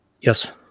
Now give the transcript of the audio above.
yes